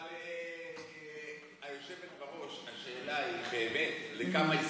אבל היושבת בראש, השאלה היא באמת לכמה הסכימו,